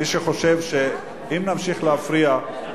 מי שחושב שאם נמשיך להפריע,